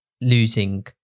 losing